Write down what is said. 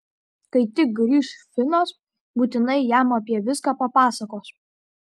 kai tik grįš finas būtinai jam apie viską papasakos